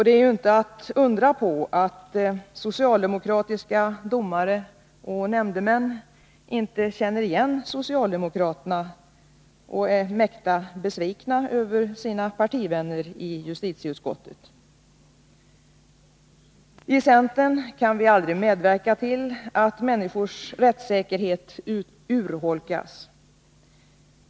Det är inte att undra på att socialdemokratiska domare och nämndemän inte känner igen socialdemokraterna och är mäkta besvikna Över sina partivänner i justitieutskottet. I centern kan vi aldrig medverka till att människors rättssäkerhet urholkas.